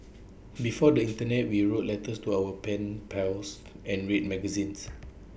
before the Internet we wrote letters to our pen pals and read magazines